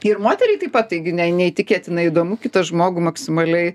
ir moteriai taip pat taigi neįtikėtinai įdomu kitą žmogų maksimaliai